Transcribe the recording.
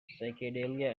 psychedelia